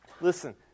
Listen